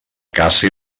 caça